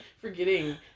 Forgetting